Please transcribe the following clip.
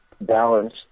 balance